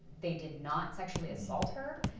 they did not sexually assault her.